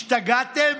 השתגעתם?